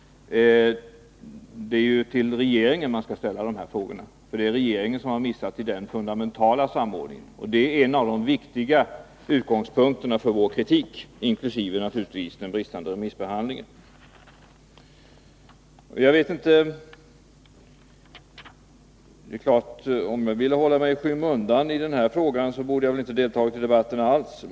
Det är ju till regeringen man skall ställa de frågorna. Det är regeringen som har missat den fundamentala samordningen. Det är en av de viktiga utgångspunkterna för vår kritik, inkl. naturligtvis den bristande remissbehandlingen. Om jag ville hålla mig i skymundan i den här frågan, borde jag väl inte ha deltagit i debatten alls.